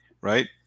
Right